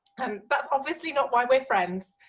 um that's obviously not why we're friends,